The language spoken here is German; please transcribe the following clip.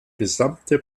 gesamte